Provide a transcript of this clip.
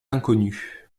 inconnu